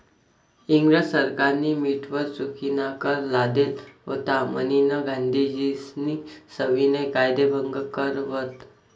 इंग्रज सरकारनी मीठवर चुकीनाकर लादेल व्हता म्हनीन गांधीजीस्नी सविनय कायदेभंग कर व्हत